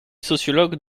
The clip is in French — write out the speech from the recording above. sociologue